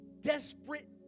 desperate